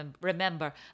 remember